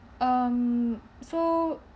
um so